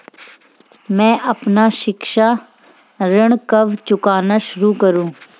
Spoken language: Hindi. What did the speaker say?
मैं अपना शिक्षा ऋण कब चुकाना शुरू करूँ?